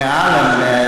מעל ל-100,000.